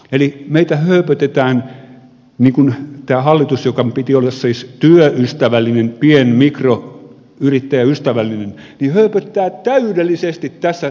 eli tämä hallitus jonka piti siis olla työystävällinen pien mikroyrittäjäystävällinen hööpöttää meitä täydellisesti tässä